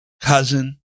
cousin